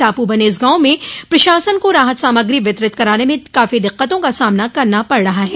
टापू बने इन गांवों में प्रशासन को राहत सामग्री वितरित कराने में काफो दिक्कतों का सामना करना पड़ रहा है